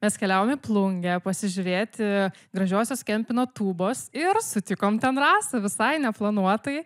mes keliavom į plungę pasižiūrėti gražiosios kempino tūbos ir sutikom ten rasą visai neplanuotai